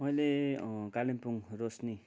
मैले कालिम्पोङ रोशनी